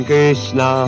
Krishna